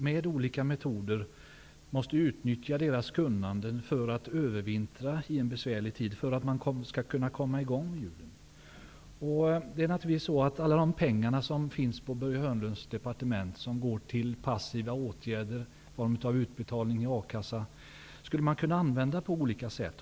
Med olika metoder måste deras kunnande utnyttjas för att så att säga övervintra i en besvärlig tid, för att man skall kunna komma i gång i juni. Alla de pengar på Börje Hörnlunds departement som går till passiva åtgärder i form av utbetalning i A-kassa skulle kunna användas på olika sätt.